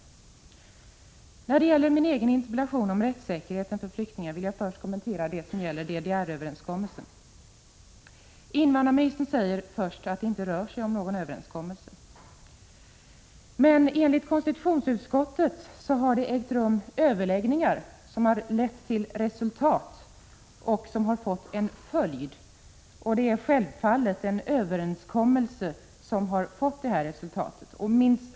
När det gäller min egen interpellation om rättssäkerheten för flyktingar vill jag till att börja med kommentera det som gäller DDR-överenskommelsen. Invandrarministern säger först att det inte rör sig om någon överenskommelse. Men enligt konstitutionsutskottet har överläggningar ägt rum som har lett till resultat och som har fått en följd. Det är självfallet en överenskommelse som har gett det här resultatet.